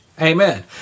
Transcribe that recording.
Amen